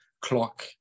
clock